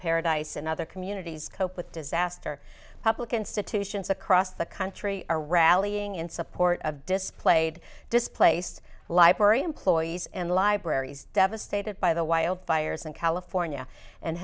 paradise and other communities cope with disaster public institutions across the country are rallying in support of displayed displaced library employees and libraries devastated by the wildfires in california and